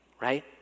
right